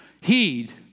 Heed